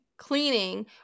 cleaning